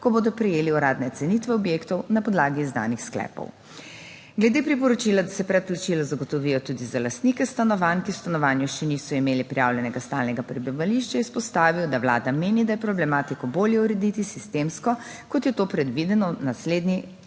ko bodo prejeli uradne cenitve objektov na podlagi izdanih sklepov. Glede priporočila, da se predplačila zagotovijo tudi za lastnike stanovanj, ki v stanovanju še niso imeli prijavljenega stalnega prebivališča, je izpostavil, da Vlada meni, da je problematiko bolje urediti sistemsko, kot je to predvideno v naslednji,